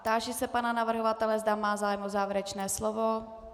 Táži se pana navrhovatele, zda má zájem o závěrečné slovo.